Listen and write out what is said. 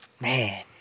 Man